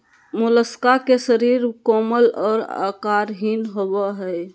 Mollusca के शरीर कोमल और आकारहीन होबय हइ